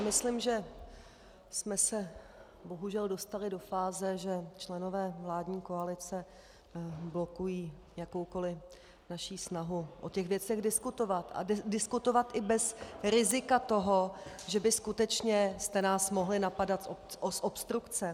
Myslím, že jsme se bohužel dostali do fáze, že členové vládní koalice blokují jakoukoli naši snahu o těch věcech diskutovat a diskutovat i bez rizika toho, že byste nás skutečně mohli napadat z obstrukce.